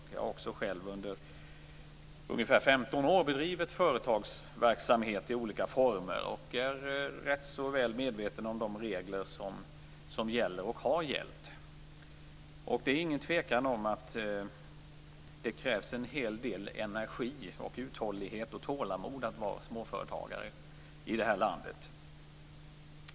Jag har också själv under ungefär 15 år bedrivit företagsverksamhet i olika former och är ganska väl medveten om de regler som gäller och har gällt. Och det är ingen tvekan om att det krävs en hel del energi, uthållighet och tålamod att vara småföretagare i det här landet.